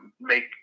make